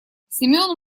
семён